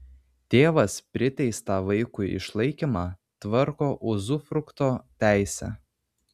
tėvas priteistą vaikui išlaikymą tvarko uzufrukto teise